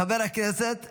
חבר הכנסת --- רגע,